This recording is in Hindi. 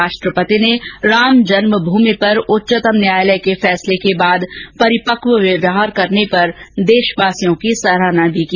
राष्ट्रपति ने राम जन्मभूमि पर उच्चतम न्यायालय के फैसले के बाद परिपक्व व्यवहार करने पर भी देशवासियों की सराहना की